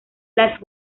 las